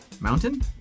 Mountain